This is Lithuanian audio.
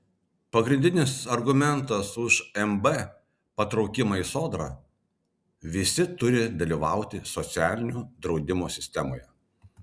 pagrindinis argumentas už mb patraukimą į sodrą visi turi dalyvauti socialinio draudimo sistemoje